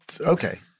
Okay